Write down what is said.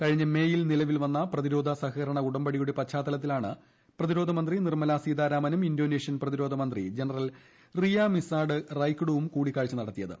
കഴിഞ്ഞ മേയിൽ നിലവിൽ വന്ന പുതിയ പ്രതിരോധ സഹകരണ ഉടമ്പടിയുടെ പശ്ചാത്തലത്തിലാണ് പ്രതിരോധമന്ത്രി നിർമ്മല സീതാരാമനും ഇന്തോനേഷ്യൻ പ്രതിരോധിമന്ത്രി ജനറൽ റിയാമിസാർഡ് റൈകുഡുവും കൂടിക്കാഴ്ച നടത്തിയത്